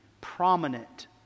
prominent